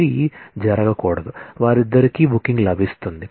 ఇది జరగకూడదు వారిద్దరికీ బుకింగ్ లభిస్తుంది